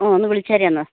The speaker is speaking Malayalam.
ഓ ഒന്ന് വിളിച്ചേരെ ഒന്ന്